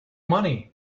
money